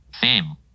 Theme